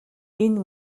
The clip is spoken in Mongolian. энэ